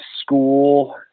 school